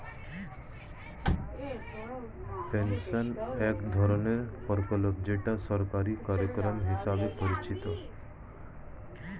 pension এক ধরনের প্রকল্প যেটা সরকারি কার্যক্রম হিসেবে পরিচিত